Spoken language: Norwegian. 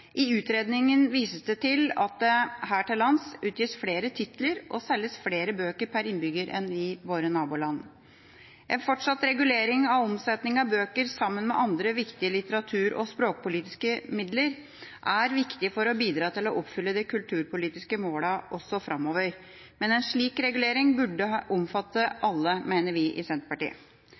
I utredningen vises det til at det her til lands utgis flere titler og selges flere bøker per innbygger enn i våre naboland. En fortsatt regulering av omsetning av bøker, sammen med andre viktige litteratur- og språkpolitiske midler, er viktig for å bidra til å oppfylle de kulturpolitiske målene også framover. Men en slik regulering burde omfatte alle, mener vi i Senterpartiet.